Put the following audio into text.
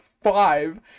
five